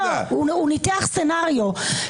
הוא ניתח סצנריו.